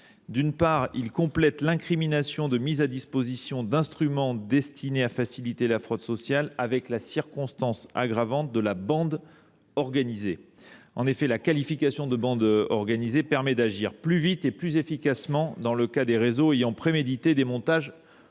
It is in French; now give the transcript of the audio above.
D’une part, il tend à compléter l’incrimination de mise à disposition d’instruments destinés à faciliter la fraude sociale de la circonstance aggravante de l’action en bande organisée. En effet, la qualification de bande organisée permet d’agir plus vite et plus efficacement dans le cas de réseaux ayant prémédité des montages